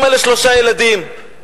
אמא לשלושה ילדים.